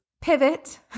pivot